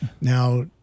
Now